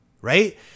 right